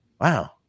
wow